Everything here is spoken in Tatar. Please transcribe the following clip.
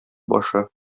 башы